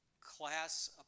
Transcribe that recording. class